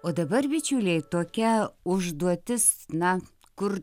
o dabar bičiuliai tokia užduotis na kur